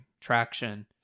traction